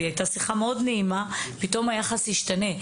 והיא הייתה שיחה מאוד נעימה פתאום היחס השתנה.